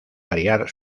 variar